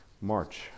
March